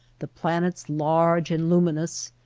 the planets large and luminous,